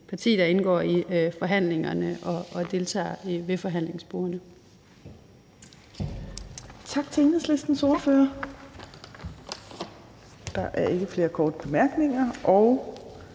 parti, der indgår i forhandlingerne og deltager ved forhandlingsbordene.